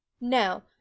Now